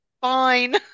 Fine